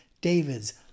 David's